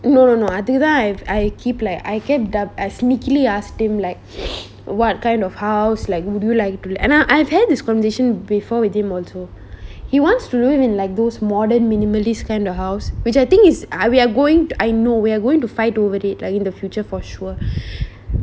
no no no அதுக்கு தான்:athukku thaan I keep like I kept doubt I sneakily asked him like what kind of house like would you like to and I I've had this conversation before with him also he wants to live in like those modern minimalist kind of house which I think is I we're going I know we're going to fight over it like in the future for sure